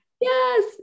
Yes